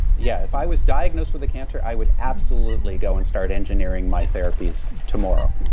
yeah. if i was diagnosed with a cancer, i would absolutely go and start engineering my therapies tomorrow.